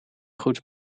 goed